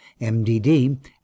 MDD